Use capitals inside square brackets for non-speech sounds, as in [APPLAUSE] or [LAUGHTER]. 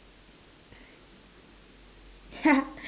[LAUGHS]